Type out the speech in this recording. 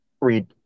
read